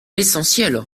l’essentiel